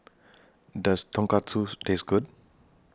Does Tonkatsu Taste Good